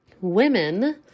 Women